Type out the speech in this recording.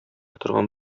торган